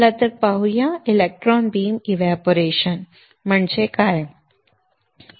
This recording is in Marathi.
चला तर मग लवकर पाहूया इलेक्ट्रॉन बीम एव्हपोरेशन म्हणजे काय